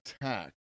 attack